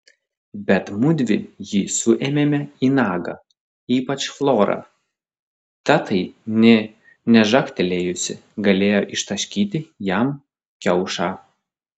bet mudvi jį suėmėme į nagą ypač flora ta tai nė nežagtelėjusi galėjo ištaškyti jam kiaušą